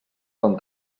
ton